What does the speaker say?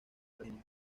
armenio